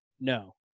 no